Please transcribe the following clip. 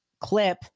clip